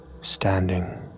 standing